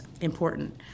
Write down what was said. important